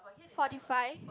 forty five